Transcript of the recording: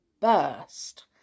burst